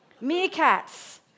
Meerkats